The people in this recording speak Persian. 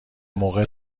موقع